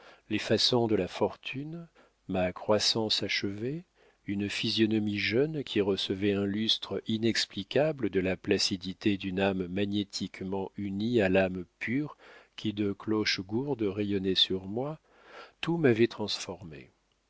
les façons de la fortune ma croissance achevée une physionomie jeune qui recevait un lustre inexplicable de la placidité d'une âme magnétiquement unie à l'âme pure qui de clochegourde rayonnait sur moi tout m'avait transformé